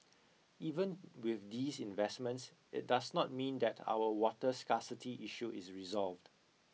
even with these investments it does not mean that our water scarcity issue is resolved